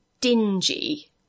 dingy